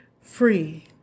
free